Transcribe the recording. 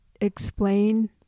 explain